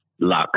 luck